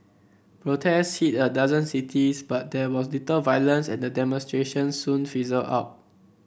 protest hit a dozen cities but there was little violence and the demonstrations soon fizzled out